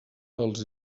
als